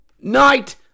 night